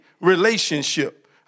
relationship